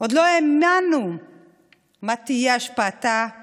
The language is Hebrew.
עוד לא האמנו מה תהיה השפעתה